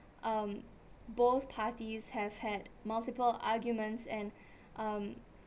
um both parties have had multiple arguments and um